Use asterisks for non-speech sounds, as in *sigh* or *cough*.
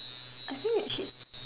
I think *unintelligible*